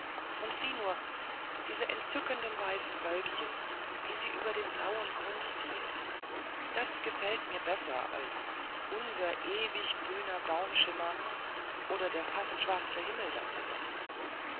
und sieh nur diese entzückenden weißen wölkchen wie sie über den blauen grund ziehen das gefällt mir besser als unser ewiger grüner baumschimmer oder der fast schwarze himmel darüber